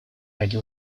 ради